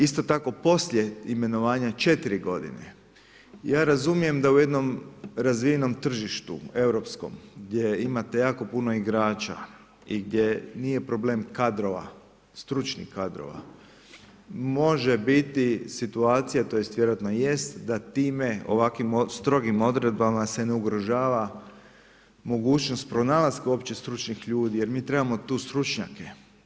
Isto tako poslije imenovanja 4 g. ja razumijem da u jednom razvijenom tržištu europskom gdje imate jako puno igrača i gdje nije problem kadrova, stručnih kadrova, može biti situacija tj. vjerojatno jest da time, ovakvim strogim odredbama se ne ugrožava mogućnost pronalaska uopće stručnih ljudi jer mi trebamo tu stručnjake.